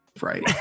Right